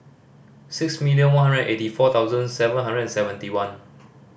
six million one hundred eighty four thousand seven hundred and seventy one